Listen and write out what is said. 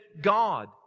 God